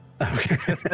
Okay